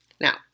Now